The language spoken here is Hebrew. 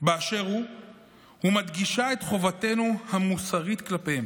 באשר הוא ומדגישה את חובתנו המוסרית כלפיהם.